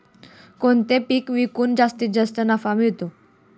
कोणते पीक विकून जास्तीत जास्त नफा मिळतो?